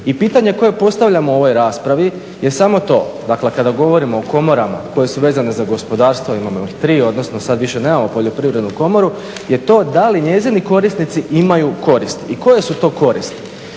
I pitanja koja postavljamo u ovoj raspravi je samo to da kada govorimo o komorama koje su vezane za gospodarstvo, a imamo ih tri odnosno sada više nemamo poljoprivrednu komoru je to da li njezini korisnici imaju koristi i koje su to koristi